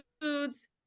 foods